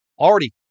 already